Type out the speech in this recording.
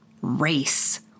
race